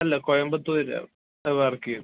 അല്ല കോയമ്പത്തൂര് വർക്കു ചെയ്തു